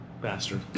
Bastard